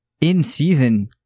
in-season